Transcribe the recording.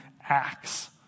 Acts